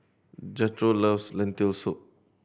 Jethro loves Lentil Soup